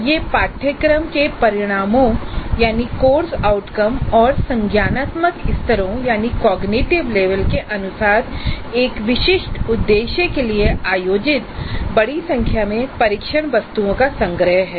यह course outcome और cognitive level के अनुसार एक विशिष्ट उद्देश्य के लिए आयोजित बड़ी संख्या में परीक्षण वस्तुओं का संग्रह है